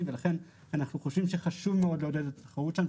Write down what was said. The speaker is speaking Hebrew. ולכן אנחנו חושבים שזה נכון מאוד לעודד את התחרות שם.